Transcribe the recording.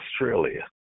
Australia